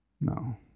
No